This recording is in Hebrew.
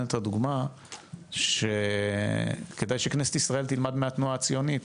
את הדוגמא שכדאי שכנסת ישראל תלמד מהתנועה הציונית,